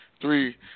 three